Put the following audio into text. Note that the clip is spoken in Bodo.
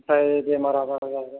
ओमफ्राय बेमार आजार जाहैबाय